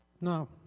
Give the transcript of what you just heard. No